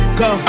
go